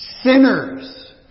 sinners